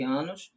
anos